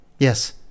Yes